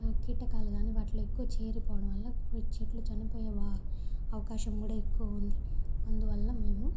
కీటకాలు కానీ వాటిలో ఎక్కువ చేరిపోవడం వల్ల కొ చెట్లు చనిపోయే వ అవకాశం కూడా ఎక్కువుంది అందువల్ల మేము